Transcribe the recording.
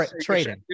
trading